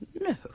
no